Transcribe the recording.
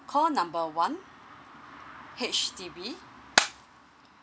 call number one H_D_B